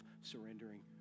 surrendering